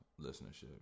listenership